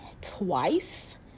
twice